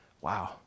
Wow